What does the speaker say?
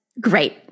Great